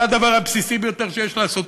זה הדבר הבסיסי ביותר שיש לעשות.